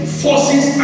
forces